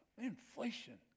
inflation